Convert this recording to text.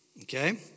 okay